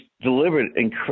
delivered